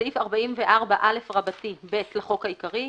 בסעיף 44א(ב) לחוק העיקרי,